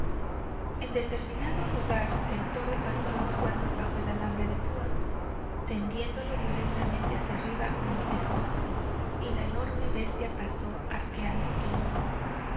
en determinado lugar el toro pasó los cuernos bajo el alambre de púa tendiéndolo violentamente hacia arriba con el testuz y la enorme bestia pasó arqueando el lomo